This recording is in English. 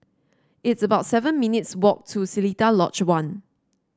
it's about seven minutes' walk to Seletar Lodge One